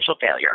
failure